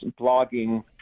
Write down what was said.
blogging